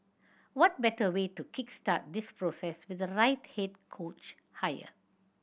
what better way to kick start this process with the right head coach hire